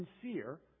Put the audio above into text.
sincere